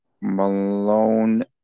Malone